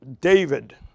David